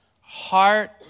heart